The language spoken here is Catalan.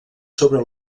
sobre